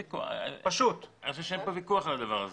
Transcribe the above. אני חושב שאין ויכוח על הדבר הזה.